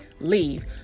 leave